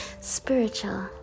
spiritual